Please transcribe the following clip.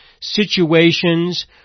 situations